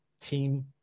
team